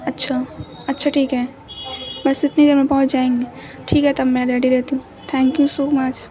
اچھا اچھا ٹھیک ہے بس اتنی دیر میں پہنچ جائیں گی ٹھیک ہے تب میں ریڈی رہتی ہوں تیھنک یو سو مچ